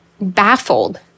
baffled